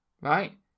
Right